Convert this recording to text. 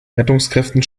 rettungskräften